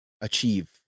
achieve